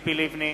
ציפי לבני,